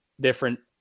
different